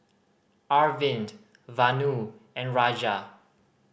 Arvind Vanu and Raja